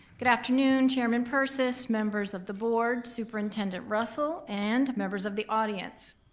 good afternoon, chairman purses, members of the board. superintendent russell and members of the audience.